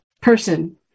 person